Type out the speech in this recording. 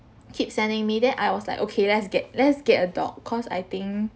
keep sending me then I was like okay let's get let's get a dog cause I think